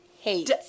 Hates